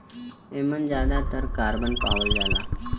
एमन जादातर कारबन पावल जाला